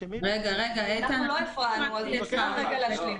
אנחנו לא הפרענו, תן לנו להשלים.